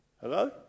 Hello